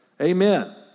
Amen